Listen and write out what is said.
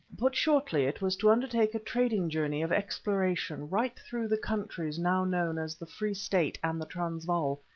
put shortly, it was to undertake a trading journey of exploration right through the countries now known as the free state and the transvaal,